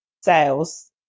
sales